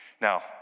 Now